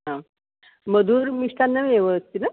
आं मधुरमिष्टान्नमेव अस्ति न